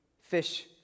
fish